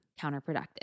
counterproductive